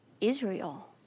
Israel